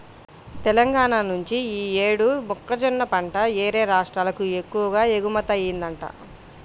తెలంగాణా నుంచి యీ యేడు మొక్కజొన్న పంట యేరే రాష్ట్రాలకు ఎక్కువగా ఎగుమతయ్యిందంట